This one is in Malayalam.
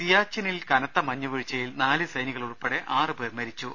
സിയാച്ചിനിൽ കനത്ത മഞ്ഞു വീഴ്ചയിൽ നാല് സൈനികരുൾപ്പെടെ ആറു പേർ മരിച്ചു